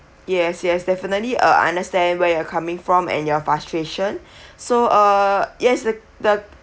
yes yes definitely uh I understand where you're coming from and your frustration so uh yes the the